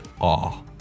awe